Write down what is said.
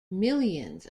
millions